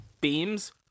beams